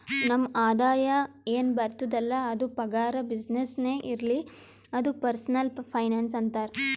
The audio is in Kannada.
ನಮ್ ಆದಾಯ ಎನ್ ಬರ್ತುದ್ ಅಲ್ಲ ಅದು ಪಗಾರ, ಬಿಸಿನ್ನೆಸ್ನೇ ಇರ್ಲಿ ಅದು ಪರ್ಸನಲ್ ಫೈನಾನ್ಸ್ ಅಂತಾರ್